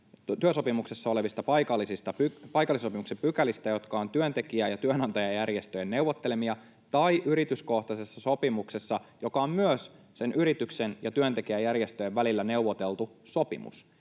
työehtosopimuksessa olevilla paikallisen sopimisen pykälillä, jotka ovat työntekijä- ja työnantajajärjestöjen neuvottelemia, tai yrityskohtaisella sopimuksella, joka on myös sen yrityksen ja työntekijäjärjestöjen välillä neuvoteltu sopimus